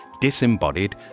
disembodied